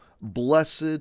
Blessed